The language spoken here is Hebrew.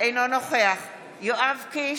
אינו נוכח יואב קיש,